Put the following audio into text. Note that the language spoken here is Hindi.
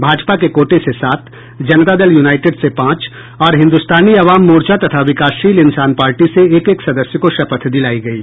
भाजपा के कोटे से सात जनता दल यूनाईटेड से पांच और हिन्दुस्तानी अवाम मोर्चा तथा विकासशील इंसान पार्टी से एक एक सदस्य को शपथ दिलायी गयी